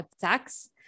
Tax